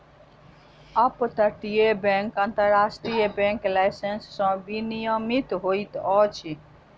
up तटीय bank अन्तर्राष्ट्रीय bank licence सॅ विनियमित होइत अछि